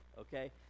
okay